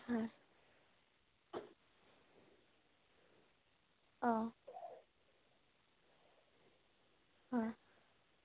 হয় অঁ হয়